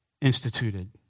instituted